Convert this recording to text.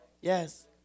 Yes